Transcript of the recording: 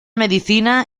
medicina